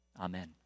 amen